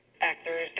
actors